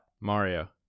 Mario